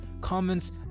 comments